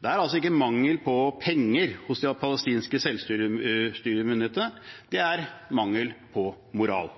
Det er altså ikke mangel på penger hos de palestinske selvstyremyndighetene – det er mangel på moral.